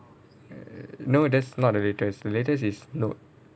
no that's not the latest the latest is Note